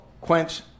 quench